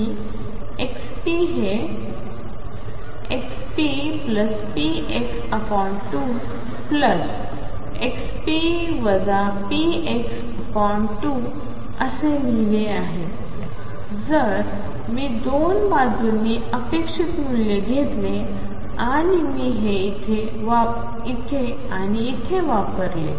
मी ⟨xp⟩ हे ⟨xppx⟩2⟨xp px⟩2 असे लिहिले आहे जरी मी 2 बाजूंनी अपेक्षित मूल्य घेतले आणि मी हे येथे आणि येथे वापरतो